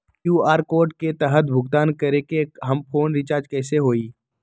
QR code के तहद भुगतान करके हम फोन रिचार्ज कैसे होई?